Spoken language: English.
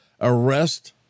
Arrest